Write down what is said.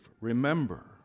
remember